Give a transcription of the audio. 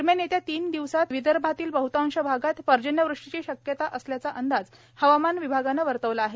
दरम्यान येत्या तीन दिवसात विदर्भातील बहतांश भागात पर्जन्यवृष्टीची शक्यता असल्याचा अंदाज हवामान विभागाने वर्तवला आहे